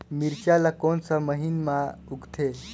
मिरचा ला कोन सा महीन मां उगथे?